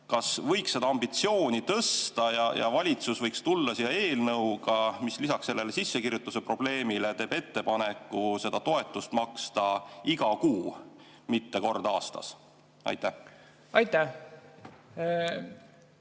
kas võiks seda ambitsiooni tõsta ja valitsus võiks tulla siia eelnõuga, mis lisaks sellele sissekirjutuse probleemile teeb ettepaneku seda toetust maksta iga kuu, mitte kord aastas? Aitäh! Veel